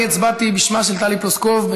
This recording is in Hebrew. אני הצבעתי בשמה של טלי פלוסקוב,